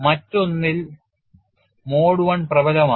മറ്റൊന്നിൽ mode I പ്രബലമാണ്